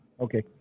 Okay